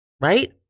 Right